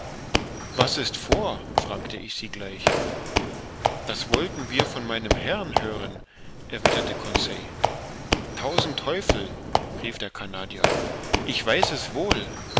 was ist vor fragte ich sie gleich das wollten wir von meinem herrn hören erwiderte conseil tausend teufel rief der canadier ich weiß es wohl